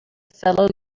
fellow